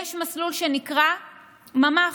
יש מסלול שנקרא ממ"ח,